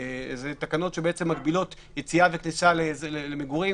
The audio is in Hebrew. אלה תקנות שמגבילות יציאה וכניסה למגורים.